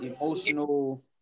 emotional